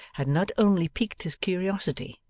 had not only piqued his curiosity,